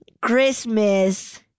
Christmas